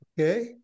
Okay